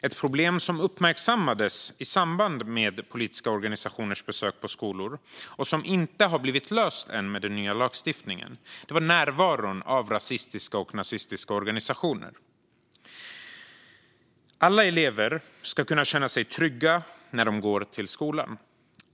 Ett problem som uppmärksammats i samband med politiska organisationers besök på skolor och som inte blivit löst genom den nya lagstiftningen är närvaron av rasistiska och nazistiska organisationer. Alla elever ska kunna känna sig trygga när de går till skolan.